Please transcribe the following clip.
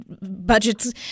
Budgets